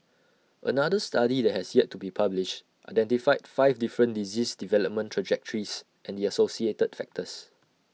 another study that has yet to be published identified five different disease development trajectories and the associated factors